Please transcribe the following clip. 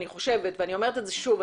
ואני אומרת את זה שוב,